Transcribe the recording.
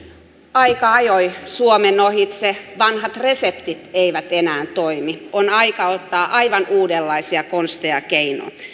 aika ajoi suomen ohitse vanhat reseptit eivät enää toimi on aika ottaa aivan uudenlaisia konsteja ja